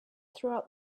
throughout